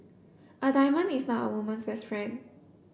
a diamond is not a woman's best friend